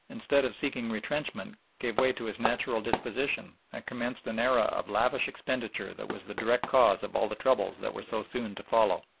instead of seeking retrenchment, gave way to his natural disposition, and commenced an era of lavish expenditure that was the direct cause of all the troubles that were so soon to follow.